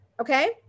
Okay